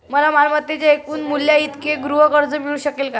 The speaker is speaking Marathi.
मला मालमत्तेच्या एकूण मूल्याइतके गृहकर्ज मिळू शकेल का?